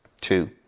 two